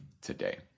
today